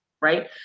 right